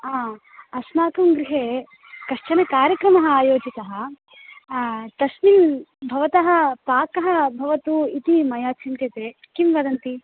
अस्माकं गृहे कश्चन कार्यक्रमः आयोजितः तस्मिन् भवतः पाकः भवतु इति मया चिन्त्यते किं वदन्ति